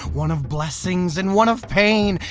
one of blessings and one of pain.